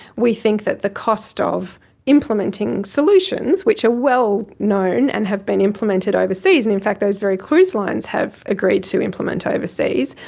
we think that the cost ah of implementing solutions which are well known and have been implemented overseas, and in fact those very cruise lines have agreed to implement overseas,